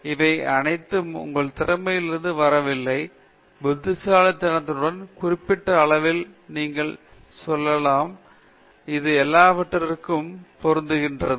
இவை அனைத்தும் உங்கள் திறமையிலிருந்து வரவில்லை புத்திசாலித்தனத்துடன் குறிப்பிட்ட அளவிற்கு நீங்கள் செல்லலாம் இது எல்லாவற்றுக்கும் பொருந்துகிறது